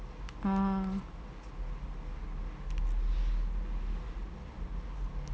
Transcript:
ah